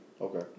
Okay